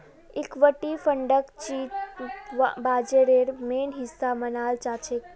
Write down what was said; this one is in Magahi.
इक्विटी फंडक वित्त बाजारेर मेन हिस्सा मनाल जाछेक